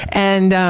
and